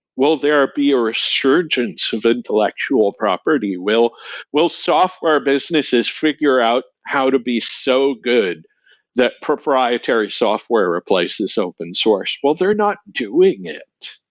will there be a resurgence of intellectual property? will will software businesses figure out how to be so good that proprietary software replaces open source? well, they're not doing it.